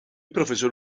profesor